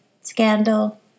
scandal